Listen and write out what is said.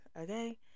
okay